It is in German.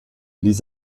ließ